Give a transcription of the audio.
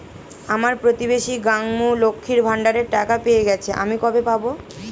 আমার প্রতিবেশী গাঙ্মু, লক্ষ্মীর ভান্ডারের টাকা পেয়ে গেছে, আমি কবে পাব?